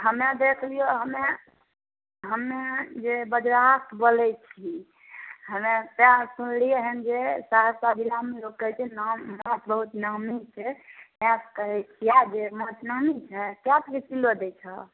हमे देख लिऔ हमे हमे जे बजाक बोले छी हमे सैह सुनलिए हँ जे सहरसा जिलामे लोक कहै छै जे नाम माछ बहुत नामी छै इएह कहै छी जे माछ नामी छै कै रुपै किलो दै छहक